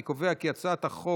אני קובע כי הצעת החוק